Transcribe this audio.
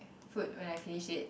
food when I finish it